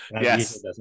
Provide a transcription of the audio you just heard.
Yes